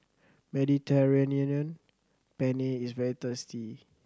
Mediterranean Penne is very tasty